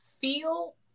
feel